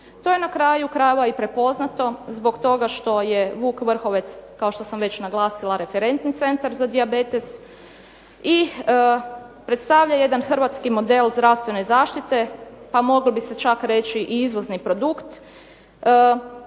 To je na kraju krajeva i prepoznato zbog toga što je "Vuk Vrhovec" kao što sam već naglasila referentni centar za dijabetes i predstavlja jedan hrvatski model zdravstvene zaštite pa moglo bi se čak reći i izvozni produkt.